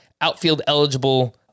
outfield-eligible